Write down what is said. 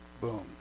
boom